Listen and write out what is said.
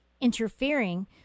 interfering